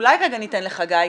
אולי רגע ניתן לחגי,